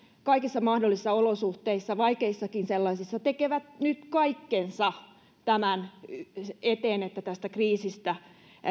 kaikissa mahdollisissa olosuhteissa vaikeissakin sellaisissa tekevät nyt kaikkensa tämän eteen että tästä kriisistä